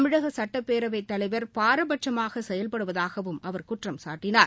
தமிழக சுட்டப்பேரவைத் தலைவர் பாரபட்சமாக செயல்படுவதாகவும் அவர் குற்றம்சாட்டினார்